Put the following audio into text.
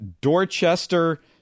Dorchester